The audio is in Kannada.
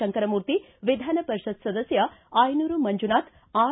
ಶಂಕರಮೂರ್ತಿ ವಿಧಾನ ಪರಿಷತ್ ಸದಸ್ತ ಆಯನುರ ಮಂಜುನಾಥ್ ಆರ್